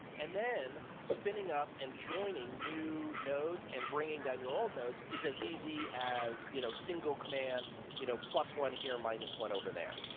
and then spinning up and joining new nodes and bringing down your old notes is as easy as you know single command you know plus one here or minus one over there.